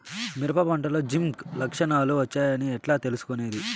మిరప పంటలో జింక్ లక్షణాలు వచ్చాయి అని ఎట్లా తెలుసుకొనేది?